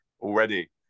already